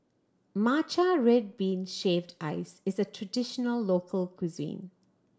matcha red bean shaved ice is a traditional local cuisine